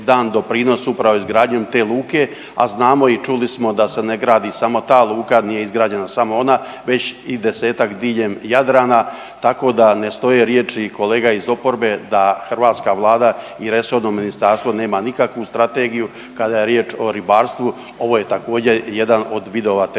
dan doprinos upravo izgradnjom te luke, a znamo i čuli smo da se ne gradi samo ta luka nije izgrađena samo ona već i desetak diljem Jadrana, tako da ne stoje riječi kolega iz oporbe da hrvatska Vlada i resorno ministarstvo nema nikakvu strategiju kada je riječ o ribarstvu. Ovo je također jedan od vidova te